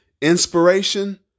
Inspiration